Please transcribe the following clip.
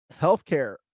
healthcare